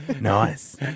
Nice